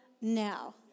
now